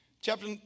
chapter